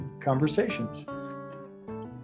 conversations